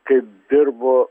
kaip dirbo